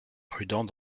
prudents